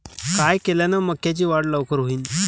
काय केल्यान मक्याची वाढ लवकर होईन?